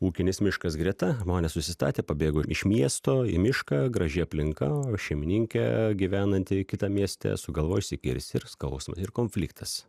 ūkinis miškas greta žmonės susistatė pabėgo iš miesto į mišką graži aplinka o šeimininkė gyvenanti kitam mieste sugalvojo išsikirst ir skaus ir konfliktas